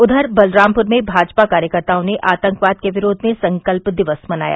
उधर बलरामपुर में भाजपा कार्यकर्ताओं ने आतंकवाद के विरोध में संकल्प दिवस मनाया